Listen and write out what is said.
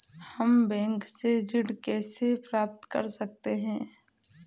हम बैंक से ऋण कैसे प्राप्त कर सकते हैं?